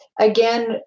again